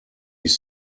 ich